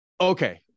okay